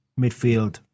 midfield